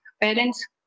parents